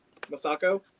Masako